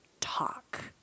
talk